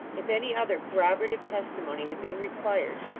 if any other corroborative testimony had been required,